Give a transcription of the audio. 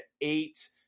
eight